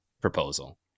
proposal